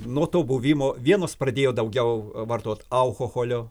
nuo to buvimo vienos pradėjo daugiau vartoti alkoholio